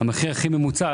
המחיר הממוצע